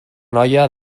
noia